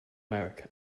america